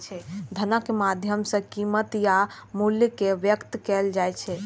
धनक माध्यम सं कीमत आ मूल्य कें व्यक्त कैल जाइ छै